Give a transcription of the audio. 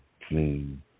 clean